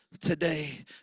today